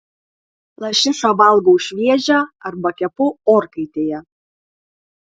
lašišą valgau šviežią arba kepu orkaitėje